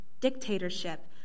dictatorship